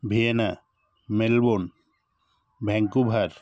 Vienna Melbourne Vancouver